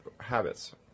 habits